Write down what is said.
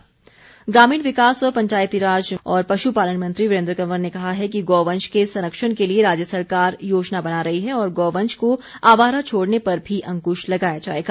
वीरेन्द्र कंवर ग्रामीण विकास व पंचायती राज और पश्पालन मंत्री वीरेन्द्र कंवर ने कहा है कि गौवंश के संरक्षण के लिए राज्य सरकार योजना बना रही है और गौवंश को आवारा छोड़ने पर भी अंकृश लगाया जाएगा